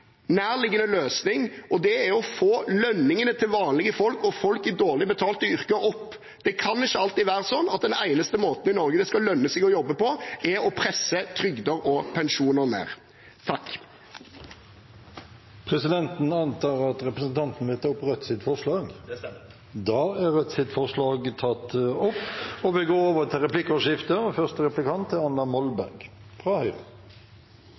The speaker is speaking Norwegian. nærliggende løsning, og det er å få opp lønningene til vanlige folk og folk i dårlig betalte yrker. Det kan ikke alltid være sånn at den eneste måten i Norge det skal lønne seg å jobbe på, er å presse trygder og pensjoner ned. Presidenten antar at representanten vil ta opp Rødts forslag? Det stemmer. Da har representanten Mímir Kristjánsson tatt opp Rødts forslag. Det blir replikkordskifte.